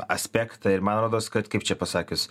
aspektą ir man rodos kad kaip čia pasakius